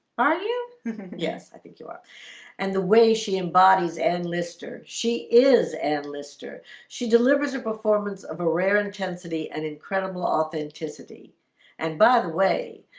are you yes? i think you are and the way she embodies and lister she is an lister she delivers her performance of a rare intensity and incredible authenticity and by the way,